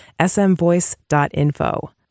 smvoice.info